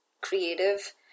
creative